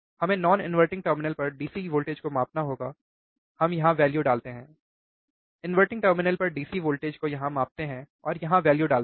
हमें non inverting terminal पर DC voltage को मापना होगा हम यहां वैल्यू डालते हैं inverting टर्मिनल पर डीसी वोल्टेज को यहां मापते हैं और यहां वैल्यू डालते हैं